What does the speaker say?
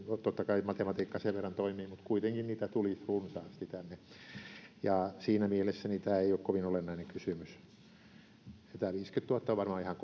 totta kai matematiikka sen verran toimii mutta kuitenkin niitä tuli runsaasti tänne ja siinä mielessä tämä ei ole kovin olennainen kysymys tämä viisikymmentätuhatta on varmaan ihan